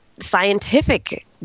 Scientific